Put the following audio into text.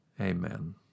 Amen